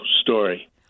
story